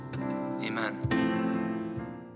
Amen